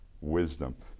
wisdom